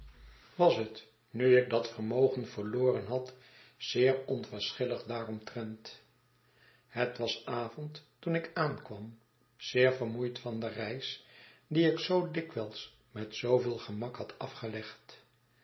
was het nu ik dat vermogen verloren had zeer onverschiliig daaromtrent het was avond toen ik aankwam zeer vermoeid van de reis die ik zoo dikwijls met zooveel gemak had afgelegd